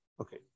Okay